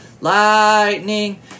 lightning